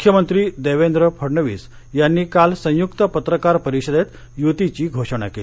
मुख्यमंत्री देवेंद्र फडणवीस यांनी काल संयुक्त पत्रकार परिषदेत युतीची घोषणा केली